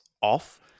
off